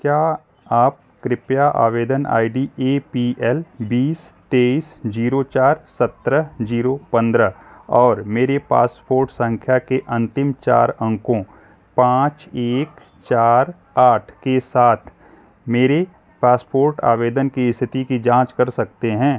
क्या आप कृपया आवेदन I D A P L बीस तेईस जीरो चार सत्रह जीरो पंद्रह और मेरे पासपोर्ट संख्या के अंतिम चार अंकों पाँच एक चार आठ के साथ मेरे पासपोर्ट आवेदन की स्थिति की जांच कर सकते हैं